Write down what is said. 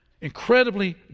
Incredibly